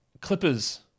Clippers